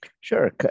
Sure